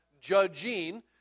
judging